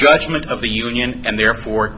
judgment of the union and therefore